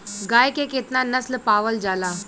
गाय के केतना नस्ल पावल जाला?